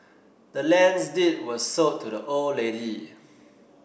the land's deed was sold to the old lady